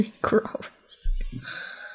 Gross